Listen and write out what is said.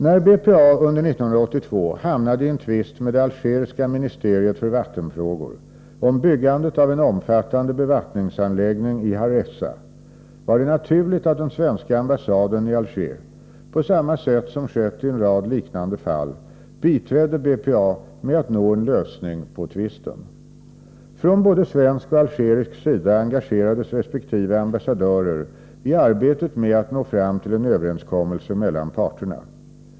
När BPA under 1982 hamnade i en tvist med det algeriska ministeriet för vattenfrågor om byggandet av en omfattande bevattningsanläggning i Harrezza var det naturligt att den svenska ambassaden i Alger — på samma sätt som skett i en rad liknande fall — biträdde BPA med att nå en lösning på tvisten. Från både svensk och algerisk sida engagerades resp. ambassadörer i arbetet med att nå fram till en överenskommelse mellan parterna.